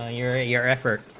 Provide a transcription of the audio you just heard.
ah your ah your effort